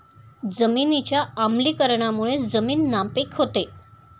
जमिनीच्या आम्लीकरणामुळे जमीन नापीक होते